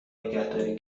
نگهداری